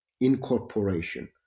incorporation